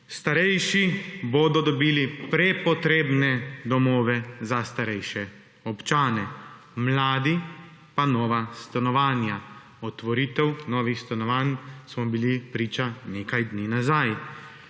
Starejši bodo dobili prepotrebne domove za starejše občane, mladi pa nova stanovanja. Otvoritev novih stanovanj smo bili priča nekaj dni nazaj.